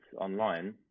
online